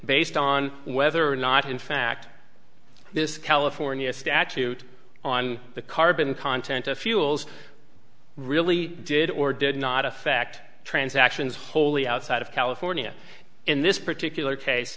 based on whether or not in fact this california statute on the carbon content of fuels really did or did not affect transactions wholly outside of california in this particular cas